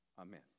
Amen